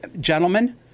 Gentlemen